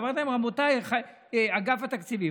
ואמרתי להם: רבותיי באגף התקציבים,